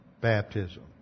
baptism